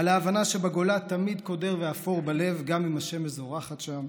על ההבנה שבגולה תמיד קודר ואפור בלב גם אם השמש זורחת שם,